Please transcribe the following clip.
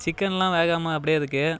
சிக்கன்லாம் வேகாமல் அப்படே இருக்குது